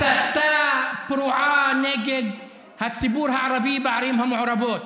הסתה פרועה נגד הציבור הערבי בערים המעורבות.